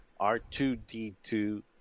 r2d2